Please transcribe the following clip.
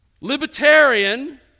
Libertarian